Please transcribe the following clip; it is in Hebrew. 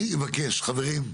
אני מבקש, חברים,